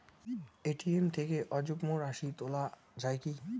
ATM থেকে অযুগ্ম রাশি তোলা য়ায় কি?